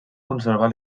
conservar